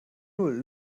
null